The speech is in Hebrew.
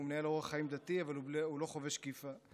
הוא מנהל אורח חיים דתי אבל הוא לא חובש כיפה.